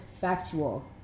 factual